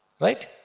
right